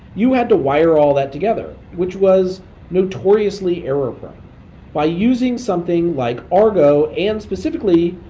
you had to wire all that together, which was notoriously error-prone by using something like argo and specifically,